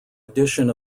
addition